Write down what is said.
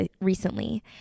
recently